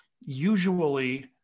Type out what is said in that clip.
usually